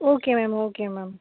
okay ma'am okay ma'am